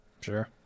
Sure